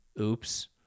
oops